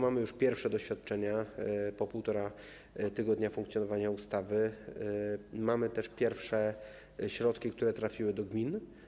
Mamy już pierwsze doświadczenia po półtora tygodnia funkcjonowania ustawy, mamy też pierwsze środki, które trafiły do gmin.